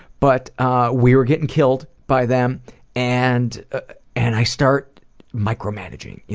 but ah we were getting killed by them and and i start micro-managing,